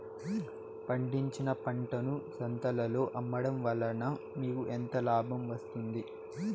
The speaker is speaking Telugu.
పండించిన పంటను సంతలలో అమ్మడం వలన మీకు ఎంత లాభం వస్తుంది?